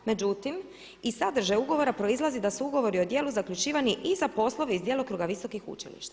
Međutim iz sadržaja ugovora proizlazi da su ugovori o djelu zaključivani i za poslove iz djelokruga visokih učilišta.